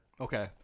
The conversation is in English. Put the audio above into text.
Okay